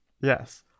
Yes